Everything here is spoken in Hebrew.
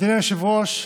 אדוני היושב-ראש,